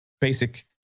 basic